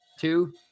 two